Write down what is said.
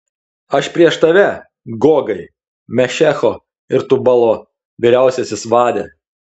aš prieš tave gogai mešecho ir tubalo vyriausiasis vade